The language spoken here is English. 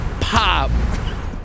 pop